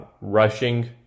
rushing